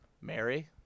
Mary